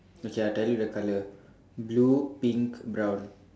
okay I tell you the colour blue pink brown